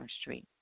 Street